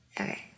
Okay